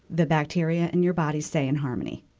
the bacteria in your body stay in harmony.